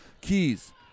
Keys